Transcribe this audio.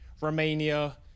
Romania